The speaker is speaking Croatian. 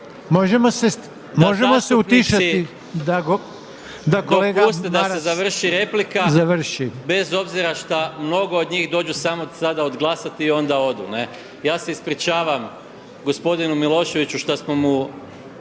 Dopustite da se završi replika bez obzira šta mnogo od njih dođu samo sada odglasati i onda odu. Ja se ispričavam gospodinu Miloševiću što smo mu